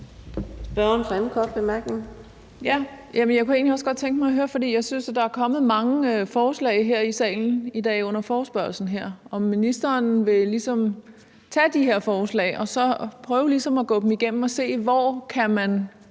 egentlig også godt tænke mig at høre noget. Jeg synes, at der er kommet mange forslag her i salen under forespørgslen i dag. Vil ministeren tage de her forslag og prøve at gå dem igennem for at se, hvor man kan